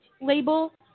label